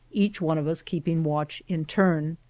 each one of us keeping watch in turn.